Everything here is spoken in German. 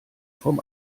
vom